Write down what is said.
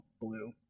blue